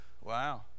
wow